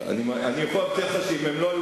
אני יכול להבטיח לך שאם הם לא היו